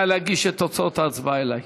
נא להגיש את תוצאות ההצבעה אלי.